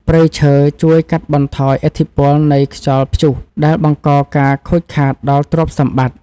ព្រៃឈើជួយកាត់បន្ថយឥទ្ធិពលនៃខ្យល់ព្យុះដែលបង្កការខូចខាតដល់ទ្រព្យសម្បត្តិ។